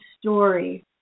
story